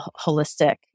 holistic